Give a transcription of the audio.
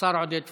השר עודד פורר.